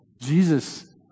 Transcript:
Jesus